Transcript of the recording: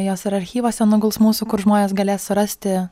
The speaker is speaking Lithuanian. jos ar archyvuose nuguls mūsų kur žmonės galės surasti